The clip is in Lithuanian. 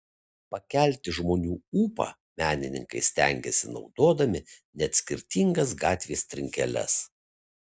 pakelti žmonių ūpą menininkai stengiasi naudodami net skirtingas gatvės trinkeles